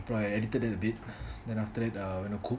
so I edited them a bit then after that I went to cook